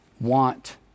want